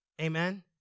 Amen